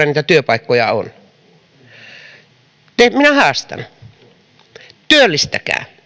niitä työpaikkoja on minä haastan työllistäkää